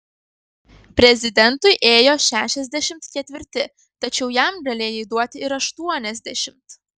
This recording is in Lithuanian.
prezidentui ėjo šešiasdešimt ketvirti tačiau jam galėjai duoti ir aštuoniasdešimt